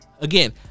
again